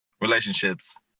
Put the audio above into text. relationships